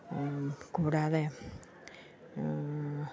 കൂടാതെ